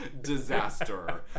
disaster